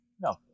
No